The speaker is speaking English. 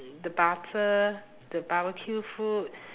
the butter the barbecue food